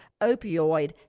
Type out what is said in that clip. opioid